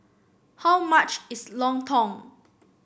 how much is lontong